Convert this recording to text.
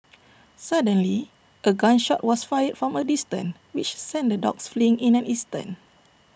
suddenly A gun shot was fired from A distance which sent the dogs fleeing in an instant